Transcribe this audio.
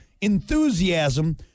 enthusiasm